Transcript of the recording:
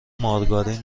مارگارین